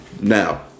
Now